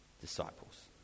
disciples